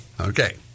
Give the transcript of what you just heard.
Okay